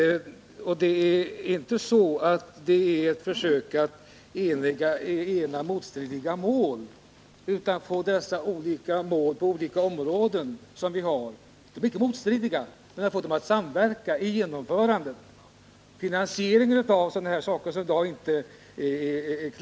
Det är inte fråga om ett försök att ena motstridiga målsättningar utan om att försöka samverka för att kunna genomföra våra mål, att samverka för att lösa finansieringsfrågorna osv.